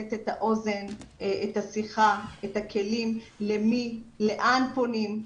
לתת את האוזן, את השיחה, את הכלים למי ולאן פונים.